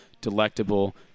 delectable